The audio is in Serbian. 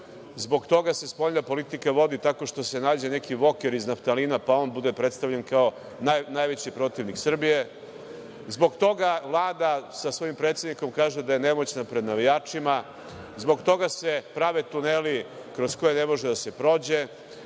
zbog toga se spoljna politika vodi tako što se nađe neki Voker iz naftalina, pa on bude predstavljen kao najveći protivnik Srbije, zbog toga Vlada sa svojim predsednikom kaže da je nemoćna pred navijačima, zbog toga se prave tuneli kroz koje ne može da se prođe,